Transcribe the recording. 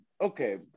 okay